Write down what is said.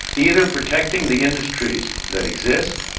either protecting the industries that exist,